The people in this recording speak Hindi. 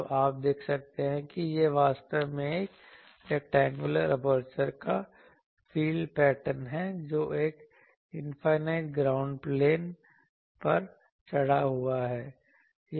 तो आप देख सकते हैं कि यह वास्तव में एक रैक्टेंगुलर एपर्चर का फील्ड पैटर्न है जो एक इनफाइनाइट ग्राउंड प्लेन पर चढ़ा हुआ है